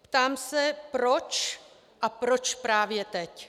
Ptám se: Proč a proč právě teď?